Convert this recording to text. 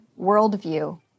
worldview